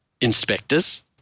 inspectors